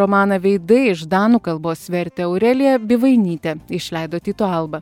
romaną veidai iš danų kalbos vertė aurelija bivainytė išleido tyto alba